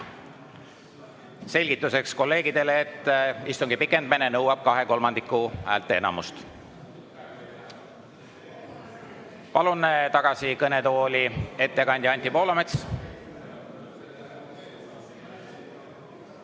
Selgituseks kolleegidele, et istungi pikendamine nõuab kahekolmandikulist häälteenamust. Palun tagasi kõnetooli, ettekandja Anti Poolamets.